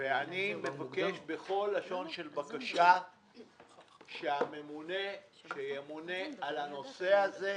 ואני מבקש בכל לשון של בקשה שהממונה שימונה על הנושא הזה,